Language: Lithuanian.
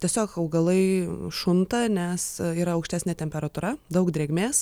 tiesiog augalai šunta nes yra aukštesnė temperatūra daug drėgmės